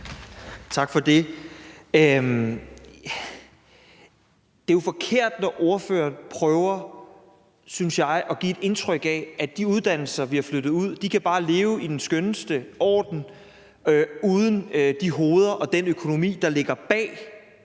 Tak for det. Det er jo forkert, synes jeg, når ordføreren prøver at give et indtryk af, at de uddannelser, vi har flyttet ud, bare kan leve i den skønneste orden uden de hoveder og den økonomi, der ligger bag